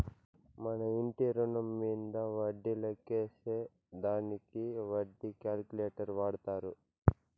మన ఇంటి రుణం మీంద వడ్డీ లెక్కేసే దానికి వడ్డీ క్యాలిక్యులేటర్ వాడతారు